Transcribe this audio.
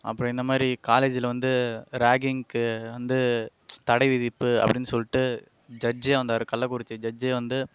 அப்றம் இந்த மாதிரி காலேஜில் வந்து ராகிங்க்கு வந்து தடை விதிப்பு அப்படினு சொல்லிட்டு ஜட்ஜ் வந்தார் கள்ளக்குறிச்சி ஜட்ஜ் வந்து